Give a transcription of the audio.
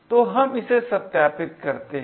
तो हम इसे सत्यापित करते हैं